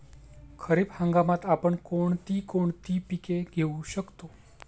खरीप हंगामात आपण कोणती कोणती पीक घेऊ शकतो?